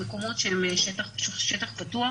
מקומות שהם שטח פתוח,